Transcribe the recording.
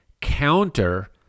counter